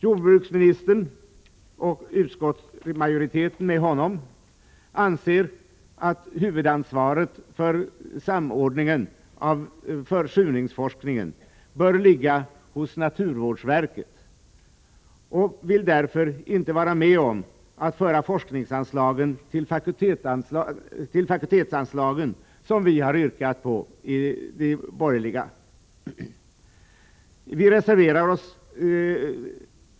Jordbruksministern och utskottsmajoriteten med honom anser att huvudansvaret för samordningen av försurningsforskningen bör ligga hos naturvårdsverket och vill därför inte vara med om att föra forskningsanslagen till fakultetsanslagen som vi borgerliga har yrkat på.